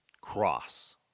Cross